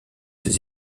ses